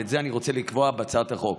ואת זה אני רוצה לקבוע בהצעת החוק.